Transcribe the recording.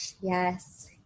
Yes